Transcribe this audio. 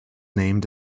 named